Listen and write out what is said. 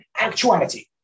actuality